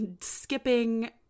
skipping